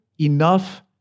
enough